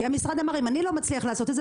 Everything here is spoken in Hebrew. כי המשרד אמר אם אני לא מצליח לעשות את זה,